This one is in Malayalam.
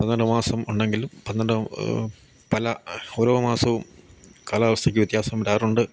പന്ത്രണ്ടു മാസം ഉണ്ടെങ്കിലും പന്ത്രണ്ട് പല ഓരോ മാസവും കാലാവസ്ഥയ്ക്ക് വ്യത്യാസം വരാറുണ്ട്